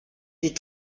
des